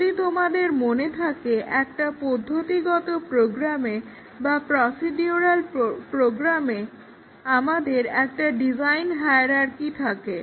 যদি তোমাদের মনে থাকে একটা পদ্ধতিগত প্রোগ্রামে বা প্রসিডিউরাল প্রোগ্রামে আমাদের একটা ডিজাইন হায়ারার্কি থাকে